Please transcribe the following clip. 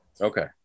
Okay